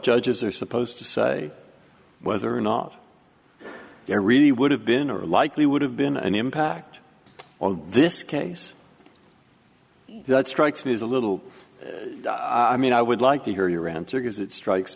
judges are supposed to say whether or not there really would have been or likely would have been an impact on this case that strikes me as a little i mean i would like to hear your answer because it strikes